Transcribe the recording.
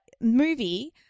Movie